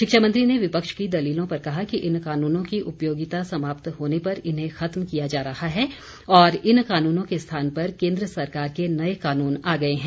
शिक्षा मंत्री ने विपक्ष की दलीलों पर कहा कि इन कानूनों की उपयोगिता समाप्त होने पर इन्हें खत्म किया जा रहा है और इन कानूनों के स्थान पर केंद्र सरकार के नए कानून आ गए हैं